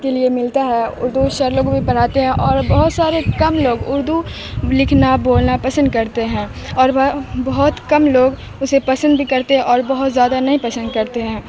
کے لیے ملتا ہے اردو شعر لوگ بھی پڑھاتے ہیں اور بہت سارے کم لوگ اردو لکھنا بولنا پسند کرتے ہیں اور وہ بہت کم لوگ اسے پسند بھی کرتے اور بہت زیادہ نہیں پسند کرتے ہیں